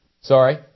Sorry